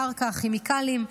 קרקע וכימיקלים,